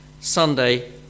Sunday